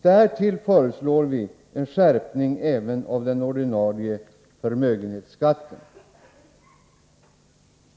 Därtill föreslår vi en skärpning även av den ordinarie förmögenhetsskatten.